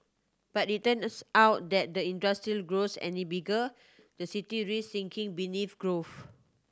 but it turns out that the industry grows any bigger the city risks sinking beneath ground